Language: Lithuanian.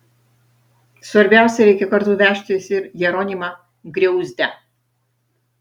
svarbiausia reikia kartu vežtis ir jeronimą griauzdę